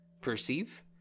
perceive